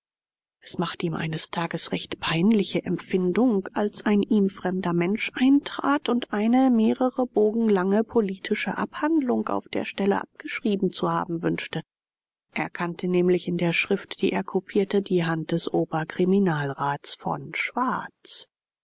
es machte ihm eines tages recht peinliche empfindung als ein ihm fremder mensch eintrat und eine mehrere bogen lange politische abhandlung auf der stelle abgeschrieben zu haben wünschte er erkannte nämlich in der schrift die er kopierte die hand des oberkriminalrats von schwarz